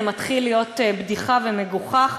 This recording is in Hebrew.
זה מתחיל להיות בדיחה ומגוחך,